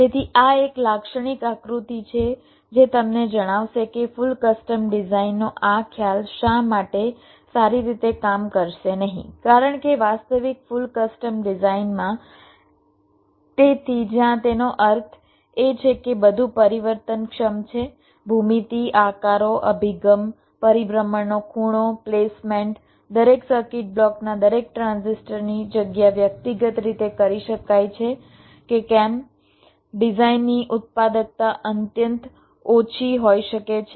તેથી આ એક લાક્ષણિક આકૃતિ છે જે તમને જણાવશે કે ફુલ કસ્ટમ ડિઝાઇનનો આ ખ્યાલ શા માટે સારી રીતે કામ કરશે નહીં કારણ કે વાસ્તવિક ફુલ કસ્ટમ ડિઝાઇનમાં તેથી જ્યાં તેનો અર્થ એ છે કે બધું પરિવર્તનક્ષમ છે ભૂમિતિ આકારો અભિગમ પરિભ્રમણનો ખૂણો પ્લેસમેન્ટ દરેક સર્કિટ બ્લોકના દરેક ટ્રાન્ઝિસ્ટરની જગ્યા વ્યક્તિગત રીતે કરી શકાય છે કે કેમ ડિઝાઇનની ઉત્પાદકતા અત્યંત ઓછી હોઈ શકે છે